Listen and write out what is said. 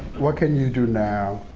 what can you do now?